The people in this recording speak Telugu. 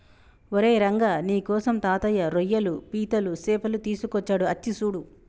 ఓరై రంగ నీకోసం తాతయ్య రోయ్యలు పీతలు సేపలు తీసుకొచ్చాడు అచ్చి సూడు